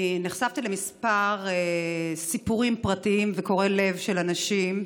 נחשפתי לכמה סיפורים פרטיים קורעי לב של אנשים,